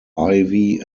ivy